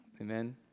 Amen